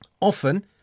Often